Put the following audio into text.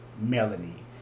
Melanie